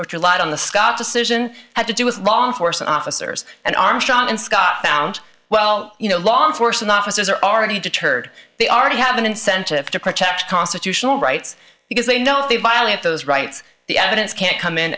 decision had to do with law enforcement officers and armstrong and scott found well you know law enforcement officers are already deterred they are to have an incentive to protect constitutional rights because they know if they violate those rights the evidence can't come in